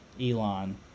Elon